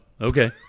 okay